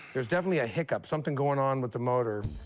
there's definitely a hiccup, something going on with the motor,